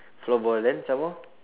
floorball then some more